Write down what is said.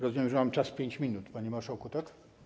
Rozumiem, że mam 5 minut, panie marszałku, tak?